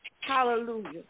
Hallelujah